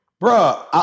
Bruh